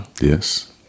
Yes